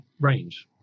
range